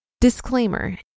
Disclaimer